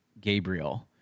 Gabriel